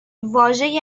واژه